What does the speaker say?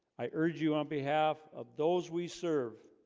i urge you on behalf of those we serve